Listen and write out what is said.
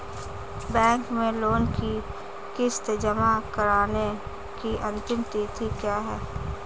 Bank में loan की किश्त जमा कराने की अंतिम तिथि क्या है?